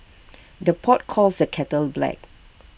the pot calls the kettle black